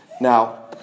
Now